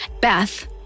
Beth